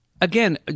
Again